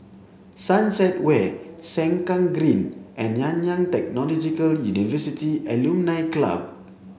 Sunset Way Sengkang Green and Nanyang Technological University Alumni Club